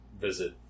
visit